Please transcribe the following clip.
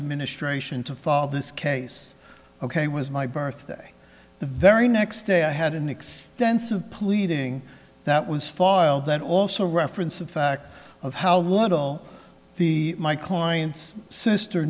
administration to fall this case ok was my birthday the very next day i had an extensive pleading that was filed that also referenced the fact of how little the my clients sister